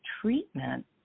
treatment